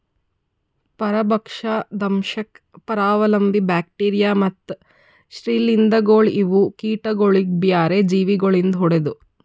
ಪರಭಕ್ಷ, ದಂಶಕ್, ಪರಾವಲಂಬಿ, ಬ್ಯಾಕ್ಟೀರಿಯಾ ಮತ್ತ್ ಶ್ರೀಲಿಂಧಗೊಳ್ ಇವು ಕೀಟಗೊಳಿಗ್ ಬ್ಯಾರೆ ಜೀವಿ ಗೊಳಿಂದ್ ಹೊಡೆದು